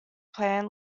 plan